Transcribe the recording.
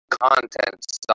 content